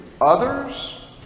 others